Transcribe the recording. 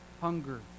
hunger